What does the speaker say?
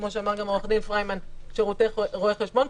כפי שאמר עורך דין פריימן, שירותי רואה חשבון.